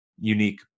unique